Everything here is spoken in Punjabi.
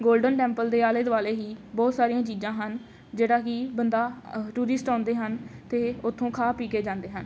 ਗੋਲਡਨ ਟੈਂਪਲ ਦੇ ਆਲੇ ਦੁਆਲੇ ਹੀ ਬਹੁਤ ਸਾਰੀਆਂ ਚੀਜ਼ਾਂ ਹਨ ਜਿਹੜਾ ਕਿ ਬੰਦਾ ਟੂਰਿਸਟ ਆਉਂਦੇ ਹਨ ਅਤੇ ਉੱਥੋਂ ਖਾ ਪੀ ਕੇ ਜਾਂਦੇ ਹਨ